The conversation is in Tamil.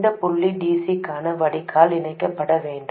இந்த புள்ளி dc க்கான வடிகால் இணைக்கப்பட வேண்டும்